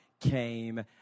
came